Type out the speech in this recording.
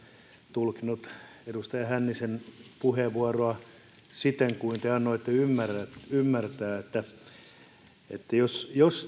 tulkinnut edustaja hännisen puheenvuoroa siten kuin te annoitte ymmärtää jos jos